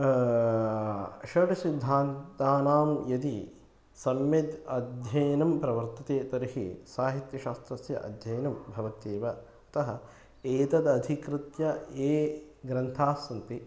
षड्सिद्धान्तानां यदि सम्यक् अध्ययनं प्रवर्तते तर्हि साहित्यशास्त्रस्य अध्ययनं भवत्येव अतः एतत् अधिकृत्य ये ये ग्रन्थास्सन्ति